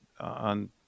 on